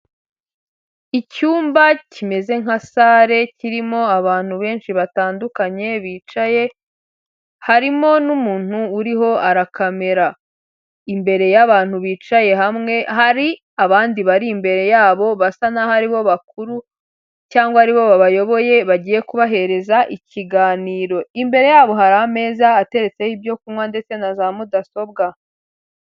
Icyumba kimeze nka salle, kirimo abantu benshi batandukanye bicaye, harimo n'umuntu uriho arakamera, imbere y'abantu bicaye hamwe, hari abandi bari imbere yabo basa n'aho ari bo bakuru cyangwa ari bo babayoboye, bagiye kubahereza ikiganiro, imbere yabo hari ameza ateretseho ibyo kunywa ndetse na za mudasobwa.